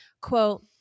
quote